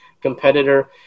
competitor